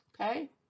Okay